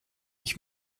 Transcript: ich